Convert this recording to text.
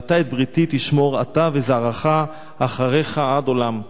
ואתה את בריתי תשמור אתה וזרעך אחריך עד עולם.